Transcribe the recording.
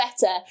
better